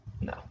no